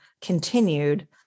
continued